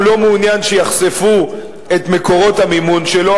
לא מעוניין שיחשפו את מקורות המימון שלו.